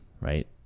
right